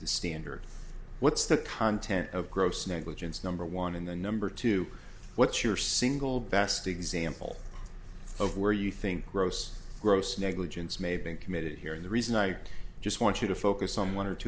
standard what's the content of gross negligence number one in the number two what's your single best example of where you think gross gross negligence may have been committed here in the reason i just want you to focus on one or two